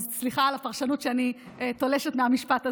אז סליחה על הפרשנות שאני תולשת מהמשפט הזה,